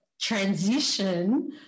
transition